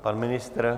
Pan ministr?